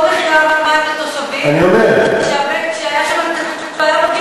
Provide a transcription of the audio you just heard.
העלו את כל מחירי המים לתושבים כשהייתה שם בעיה בביוב,